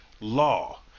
law